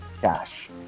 cash